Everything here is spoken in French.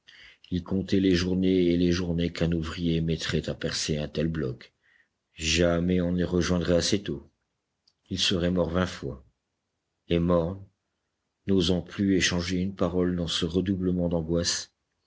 ils comptaient les journées et les journées qu'un ouvrier mettrait à percer un tel bloc jamais on ne les rejoindrait assez tôt ils seraient morts vingt fois et mornes n'osant plus échanger une parole dans ce redoublement d'angoisse